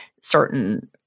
certain